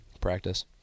practice